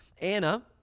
Anna